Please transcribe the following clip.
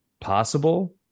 possible